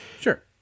sure